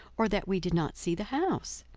or that we did not see the house?